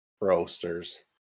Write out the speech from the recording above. roasters